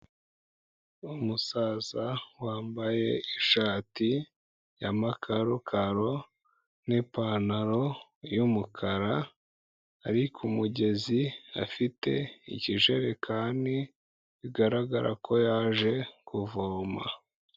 Umusaza wambaye ishati y'amakakaro n'ipantaro y'umukara, ari ku mugezi afite ikijerekani, bigaragara ko yaje kuvoma.